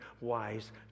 wise